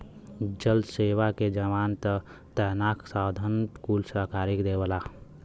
जल सेना के जवान क तनखा साधन कुल सरकारे देवला